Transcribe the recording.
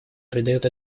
придает